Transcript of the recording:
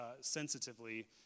sensitively